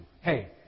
hey